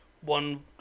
one